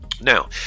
Now